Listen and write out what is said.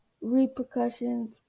repercussions